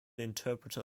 interpreter